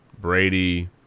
Brady